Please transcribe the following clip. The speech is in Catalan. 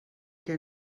què